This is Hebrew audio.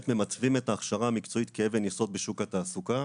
ממצבים את ההכשרה המקצועית כאבן יסוד בשוק התעסוקה,